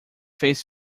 fez